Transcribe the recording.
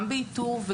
גם באיתור,